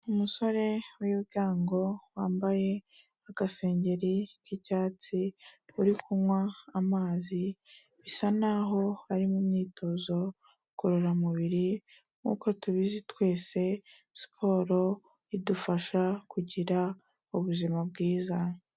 Umusore w'ibigango, wambaye agasengeri k'icyatsi, uri kunywa amazi bisa n'aho ari imyitozo ngororamubiri nk'uko tubizi twese siporo idufasha kugira ubuzima bwiza.